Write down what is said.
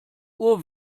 uhr